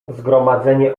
zgromadzenie